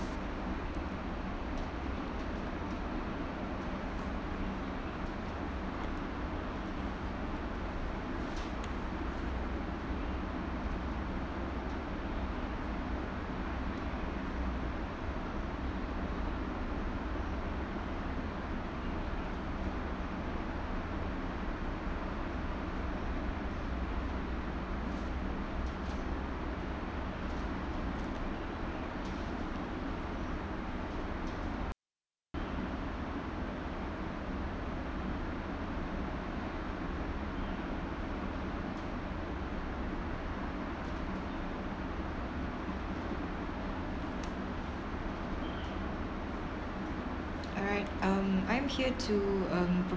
alright um I'm here to um